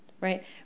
right